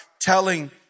telling